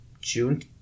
June